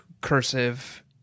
cursive